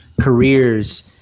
careers